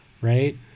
right